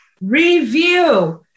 Review